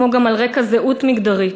כמו גם על רקע זהות מגדרית.